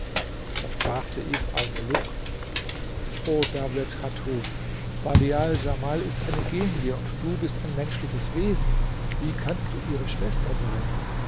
da sprach seif almuluk o dawlet chatun badial djamal ist eine genie und du bist ein menschliches wesen wie kannst du ihre schwester sein